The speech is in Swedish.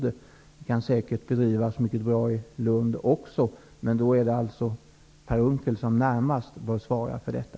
Ett sådant arbete kan säkert bedrivas mycket bra också i Lund, men då är det Per Unckel som närmast bör svara för detta.